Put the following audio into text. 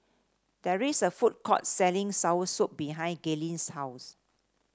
there is a food court selling soursop behind Gaylene's house